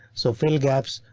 so fill gaps.